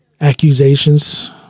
accusations